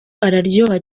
araryoha